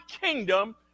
kingdom